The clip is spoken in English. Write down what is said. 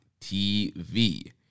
TV